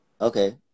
okay